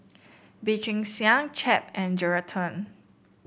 Bee Cheng Hiang Chap and Geraldton